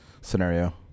scenario